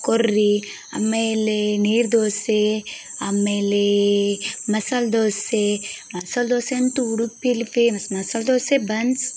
ಕೊರ್ರಿ ಆಮೇಲೆ ನೀರು ದೋಸೆ ಆಮೇಲೆ ಮಸಾಲೆ ದೋಸೆ ಮಸಾಲೆ ದೋಸೆ ಅಂತು ಉಡುಪಿಲಿ ಪೇಮಸ್ ಮಸಾಲೆ ದೋಸೆ ಬನ್ಸ್